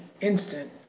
instant